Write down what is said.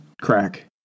crack